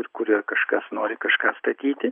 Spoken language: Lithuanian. ir kurioj kažkas nori kažką statyti